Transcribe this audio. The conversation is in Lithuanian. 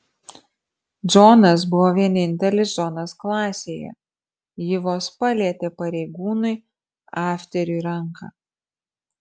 džonas buvo vienintelis džonas klasėje ji vos palietė pareigūnui afteriui ranką